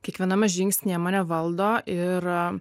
kiekviename žingsnyje mane valdo ir